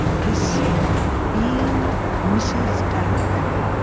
this being mrs. dalloway.